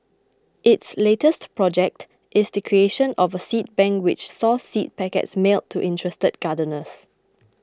its latest project is the creation of a seed bank which saw seed packets mailed to interested gardeners